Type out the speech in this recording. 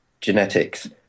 genetics